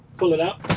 pull it up.